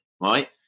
Right